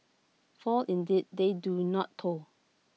for indeed they do not toil